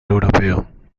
europeo